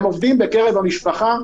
הם עובדים בקרב המשפחה,